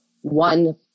one